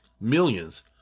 millions